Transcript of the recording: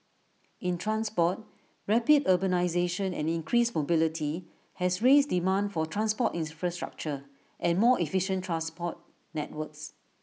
in transport rapid urbanisation and increased mobility has raised demand for transport infrastructure and more efficient transport networks